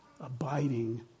abiding